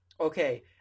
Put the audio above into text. okay